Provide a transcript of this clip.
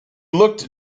looked